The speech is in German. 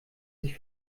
sich